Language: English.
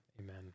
amen